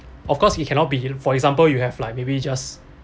of course he cannot be hidden for example you have like maybe just